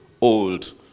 old